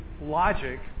logic